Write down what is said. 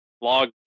log